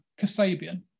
Kasabian